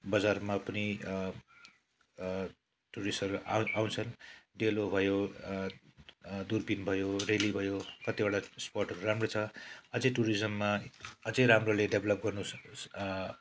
बजारमा पनि टुरिस्टहरू आउँ आउँछन् डेलो भयो दुर्पिन भयो रेली भयो कतिवटा स्पोटहरू राम्रो छ अझै टुरिज्म अझै राम्रोले डेभ्लोप गर्नु